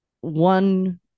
one